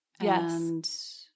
Yes